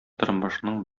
тормышның